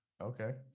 Okay